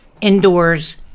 indoors